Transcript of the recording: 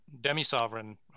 demi-sovereign